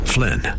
Flynn